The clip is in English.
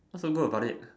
so good about it